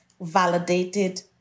validated